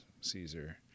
Caesar